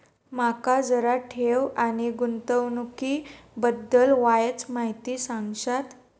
माका जरा ठेव आणि गुंतवणूकी बद्दल वायचं माहिती सांगशात?